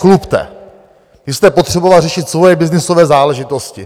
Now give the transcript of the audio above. Vy jste potřeboval řešit svoje byznysové záležitosti.